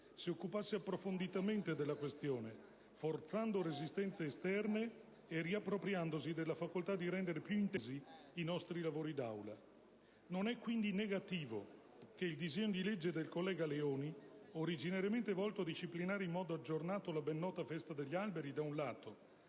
si occupasse approfonditamente della questione, forzando resistenze esterne e riappropriandosi della facoltà di rendere più intensi i nostri lavori d'Aula. Non è quindi negativo che il disegno di legge in esame, di cui è relatore il collega Leoni, originariamente volto a disciplinare in modo aggiornato - da un lato - la ben nota Festa degli alberi e -